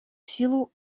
силу